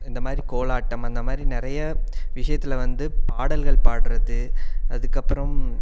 இந்தமாதிரி கோலாட்டம் அந்தமாதிரி நிறைய விஷயத்துல வந்து பாடல்கள் பாடுறது அதுக்கப்புறம்